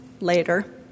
later